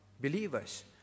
believers